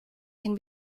can